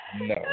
No